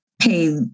pay